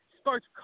starts